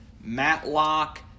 Matlock